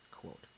Quote